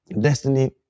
Destiny